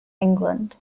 england